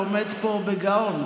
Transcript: אני עומד פה בגאון.